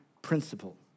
Principle